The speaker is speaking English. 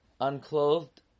unclothed